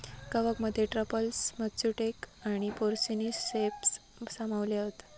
कवकमध्ये truffles, matsutake आणि porcini ceps सामावले हत